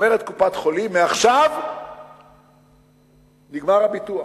אומרת קופת-חולים: מעכשיו נגמר הביטוח,